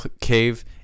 cave